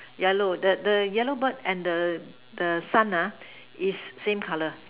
yellow the the yellow bird and the the sun uh is same color